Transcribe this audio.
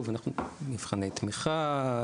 מבחני תמיכה,